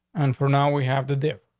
and for now, we have the dip.